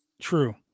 True